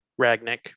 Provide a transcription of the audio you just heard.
Ragnick